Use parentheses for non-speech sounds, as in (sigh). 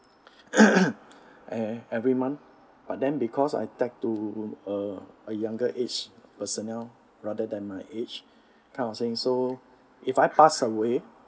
(noise) ev~ every month but then because I tag to a a younger age personnel rather than my age kind of thing so if I pass away